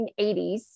1980s